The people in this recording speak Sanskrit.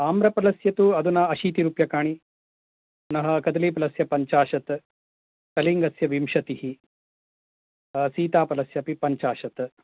आम्रफलस्य तु अधुना अशीतिरूप्यकाणि पुनः कदलीफलस्य पञ्चाशत् कलिङ्गस्य विंशतिः सीताफलस्य अपि पञ्चाशत्